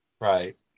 Right